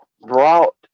brought